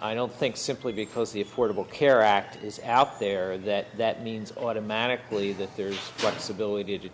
i don't think simply because the affordable care act is alpha there that that means automatically that there's lots ability to